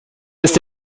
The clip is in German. ist